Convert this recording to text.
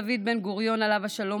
דוד בן-גוריון עליו השלום,